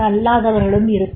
அல்லாதவர்களும் இருப்பர்